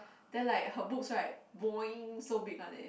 then like her boobs right boing so big one leh